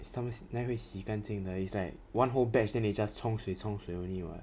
some 哪里会洗干净的 is like one whole batch then they just 冲水冲水 only [what]